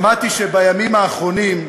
שמעתי שבימים האחרונים,